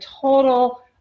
total